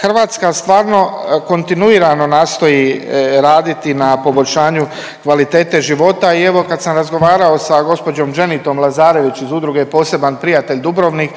Hrvatska stvarno kontinuirano nastoji raditi na poboljšanju kvalitete života i evo, kada sam razgovarao sa gđom Dženitom Lazarević iz udruge Poseban prijatelj Dubrovnik